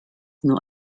nur